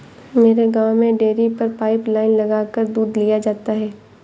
मेरे गांव में डेरी पर पाइप लाइने लगाकर दूध लिया जाता है